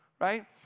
right